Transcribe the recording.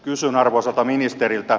kysyn arvoisalta ministeriltä